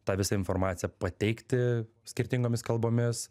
tą visą informaciją pateikti skirtingomis kalbomis